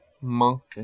Monkey